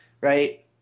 right